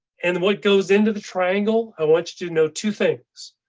and what goes into the triangle? i want you to know two things.